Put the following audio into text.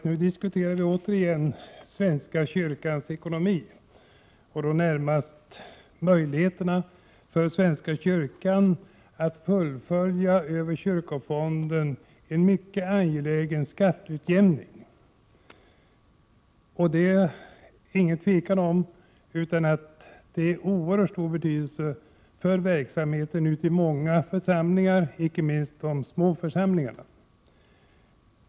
Nu diskuterar vi återigen svenska kyrkans ekonomi och då närmast möjligheterna för svenska kyrkan att över kyrkofonden fullfölja en mycket angelägen skatteutjämning. Utan tvivel har en sådan skatteutjämning oerhört stor betydelse för verksamheten i många församlingar, icke minst i de små församlingarna.